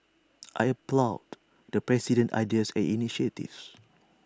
I applaud the president's ideas and initiatives